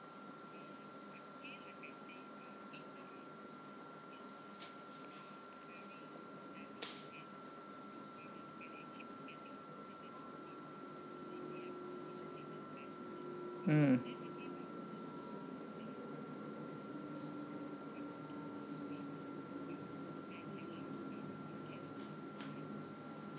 mm